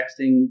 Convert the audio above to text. texting